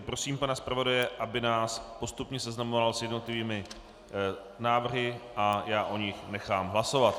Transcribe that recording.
Prosím pana zpravodaje, aby nás postupně seznamoval s jednotlivými návrhy a já o nich nechám hlasovat.